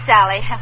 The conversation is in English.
Sally